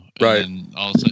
Right